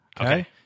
Okay